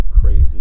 crazy